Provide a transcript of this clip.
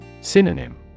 Synonym